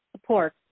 support